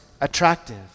attractive